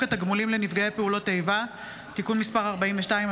התגמולים לנפגעי פעולות איבה (תיקון מס' 42),